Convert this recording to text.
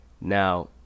Now